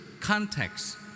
context